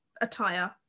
attire